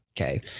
okay